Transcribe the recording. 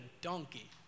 donkey